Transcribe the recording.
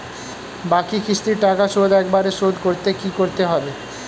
বাকি কিস্তির টাকা শোধ একবারে শোধ করতে কি করতে হবে?